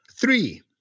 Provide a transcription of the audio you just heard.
Three